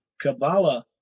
Kabbalah